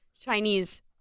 Chinese